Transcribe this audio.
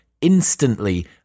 instantly